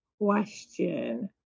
question